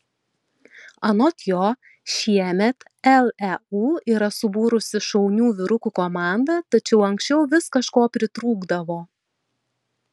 anot jo šiemet leu yra subūrusi šaunių vyrukų komandą tačiau anksčiau vis kažko pritrūkdavo